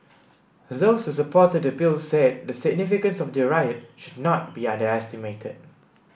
those who supported the Bill said the significance of the riot should not be underestimated